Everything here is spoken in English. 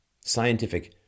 scientific